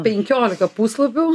penkiolika puslapių